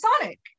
Sonic